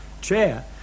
chair